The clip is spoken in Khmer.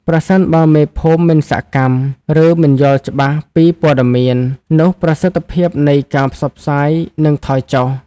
ប្រសិនបើមេភូមិមិនសកម្ម ឬមិនយល់ច្បាស់ពីព័ត៌មាន នោះប្រសិទ្ធភាពនៃការផ្សព្វផ្សាយនឹងថយចុះ។